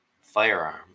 firearm